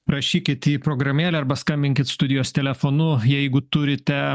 rašykit į programėlę arba skambinkit studijos telefonu jeigu turite